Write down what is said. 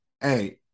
hey